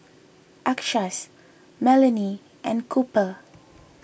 Achsahs Melony and Cooper